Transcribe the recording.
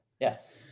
Yes